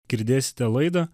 girdėsite laidą